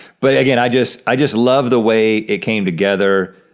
but again, i just i just love the way it came together.